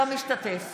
אינו משתתף